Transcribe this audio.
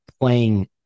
playing –